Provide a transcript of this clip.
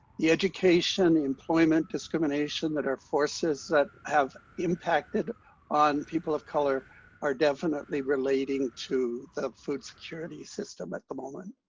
the education, employment discrimination that are forces that have impacted on people of color are definitely relating to the food security system at the moment.